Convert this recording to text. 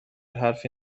حرفی